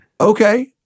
Okay